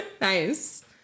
nice